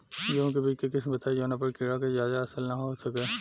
गेहूं के बीज के किस्म बताई जवना पर कीड़ा के ज्यादा असर न हो सके?